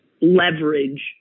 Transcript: leverage